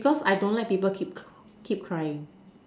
because I don't like people keep keep crying